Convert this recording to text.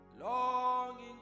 longing